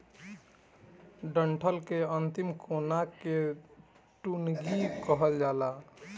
डंठल के अंतिम कोना के टुनगी कहल जाला